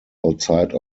outside